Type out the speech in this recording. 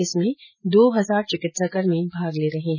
इसमें दो हजार चिकित्साकर्मी भाग ले रहे है